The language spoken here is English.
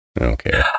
Okay